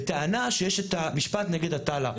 בטענה שיש את המשפט נגד עטאללה,